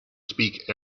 speak